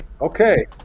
Okay